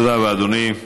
תודה רבה, אדוני.